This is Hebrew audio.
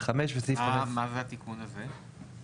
מה זה התיקון הזה?